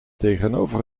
tegenover